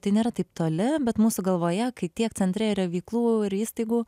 tai nėra taip toli bet mūsų galvoje kai tiek centre yra veiklų ir įstaigų